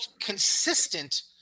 consistent